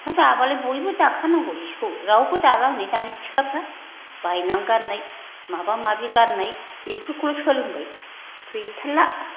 हा दाबालाय बयबो दाखानांगौ सिखौ रावबो दाला हनै सिख्लाफ्रा बायना गाननाय माबा माबि गाननाय बेफोरखौल' सोलोंबाय गैथारला